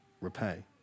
repay